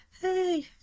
hey